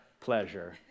pleasure